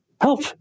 help